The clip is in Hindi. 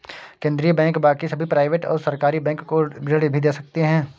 केन्द्रीय बैंक बाकी सभी प्राइवेट और सरकारी बैंक को ऋण भी दे सकते हैं